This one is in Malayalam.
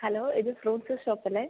ഹലോ ഇത് ഫ്രൂട്ട്സ് ഷോപ്പ് അല്ലേ